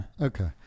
okay